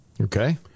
Okay